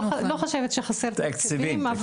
לא חושבת שחסר תקציבים.